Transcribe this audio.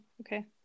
okay